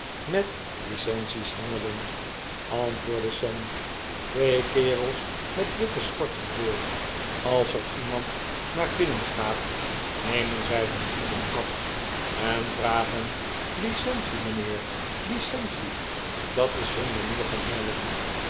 met licences hengelen antwoordde sam twee kerels met witte schorteh voor als er iemand naar binnen gaat nemen zij hun hoeden af en vragen licence mijnheer licence dat is hun manier van hengelen